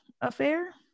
affair